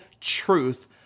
truth